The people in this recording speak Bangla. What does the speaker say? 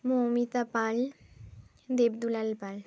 মৌমিতা পাল দেবদুলাল পাল